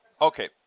okay